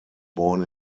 born